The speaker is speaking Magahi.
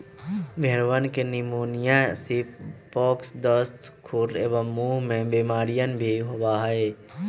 भेंड़वन के निमोनिया, सीप पॉक्स, दस्त, खुर एवं मुँह के बेमारियन भी होबा हई